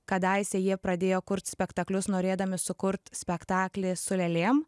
kadaise jie pradėjo kurt spektaklius norėdami sukurt spektaklį su lėlėm